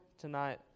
tonight